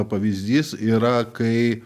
pavyzdys yra kai